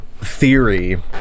theory